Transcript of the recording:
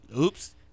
Oops